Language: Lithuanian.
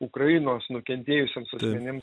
ukrainos nukentėjusiems asmenims